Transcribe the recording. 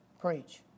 Preach